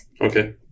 Okay